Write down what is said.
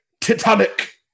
Titanic